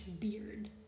beard